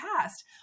past